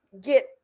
get